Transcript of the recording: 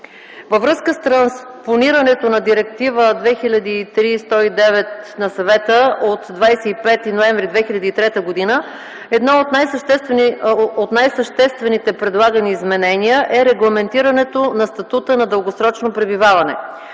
Във връзка с транспонирането на Директива 2003/109/ЕО на Съвета от 25 ноември 2003 г., едно от най-съществените предлагани изменения е регламентирането на статута на дългосрочно пребиваване.